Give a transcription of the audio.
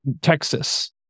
Texas